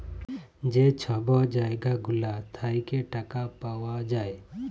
যে ছব জায়গা গুলা থ্যাইকে টাকা পাউয়া যায়